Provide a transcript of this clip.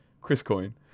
Chris-coin